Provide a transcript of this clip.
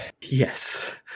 Yes